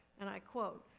and i quote,